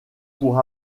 pour